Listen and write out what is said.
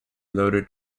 loaded